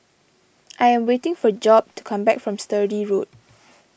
I am waiting for Job to come back from Sturdee Road